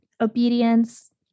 obedience